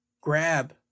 grab